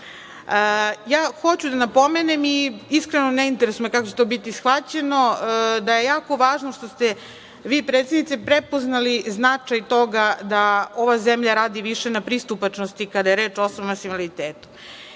tim. Hoću da napomenem i, iskreno, ne interesuje me kako će to biti shvaćeno, da je jako važno što ste vi predsednice prepoznali značaj toga da ova zemlja radi više na pristupačnosti kada je reč o osobama sa invaliditetom.